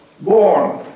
born